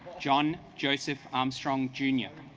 john joseph armstrong jr